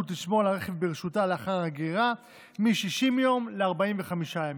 לשמור על הרכב ברשותה לאחר הגרירה מ-60 יום ל-45 ימים.